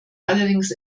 allerdings